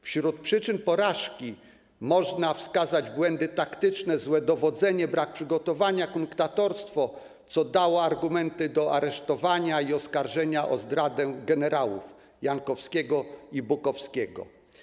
Wśród przyczyn porażki można wskazać błędy taktyczne, złe dowodzenie, brak przygotowania, kunktatorstwo, co dało argumenty do aresztowania i oskarżenia o zdradę gen. Jankowskiego i gen. Bukowskiego.